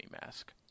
mask